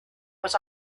was